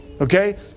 Okay